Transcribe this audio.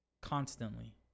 constantly